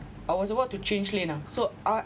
I was about to change lane ah so I